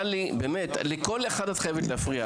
טלי, לכל אחד את חייבת להפריע.